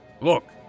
Look